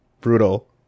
brutal